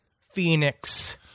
Phoenix